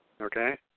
Okay